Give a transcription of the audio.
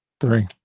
Three